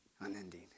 unending